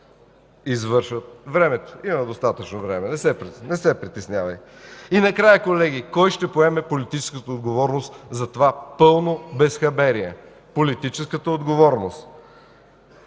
Времето – има достатъчно време. Не се притеснявай. И накрая, колеги, кой ще поеме политическата отговорност за това пълно безхаберие? Политическата отговорност!